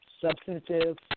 substantive